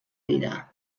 vida